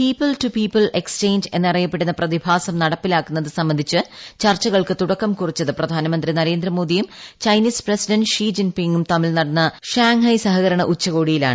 people to people exchange എന്നറിയപ്പെടുന്ന പ്രതിഭാസം നടപ്പിലാക്കുന്നത് സംബന്ധിച്ച് ചർച്ചകൾക്ക് തുടക്കം കുറിച്ചത് പ്രധാനമന്ത്രി നരേന്ദ്രമോദിയും ചൈനീസ് പ്രസിഡന്റ് ഷീജിൻ പിങും തമ്മിൽ നടന്ന ഷാൻഹായ് സഹകരണ ഉച്ചക്ട്രോടിയിലാണ്